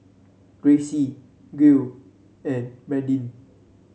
Gracie Gil and Bradyn